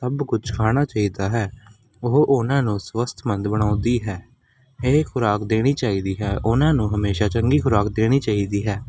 ਸਭ ਕੁਛ ਖਾਣਾ ਚਾਹੀਦਾ ਹੈ ਉਹ ਉਹਨਾਂ ਨੂੰ ਸਵਸਤਮੰਦ ਬਣਾਉਂਦੀ ਹੈ ਇਹ ਖੁਰਾਕ ਦੇਣੀ ਚਾਹੀਦੀ ਹੈ ਉਹਨਾਂ ਨੂੰ ਹਮੇਸ਼ਾ ਚੰਗੀ ਖੁਰਾਕ ਦੇਣੀ ਚਾਹੀਦੀ ਹੈ